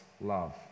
love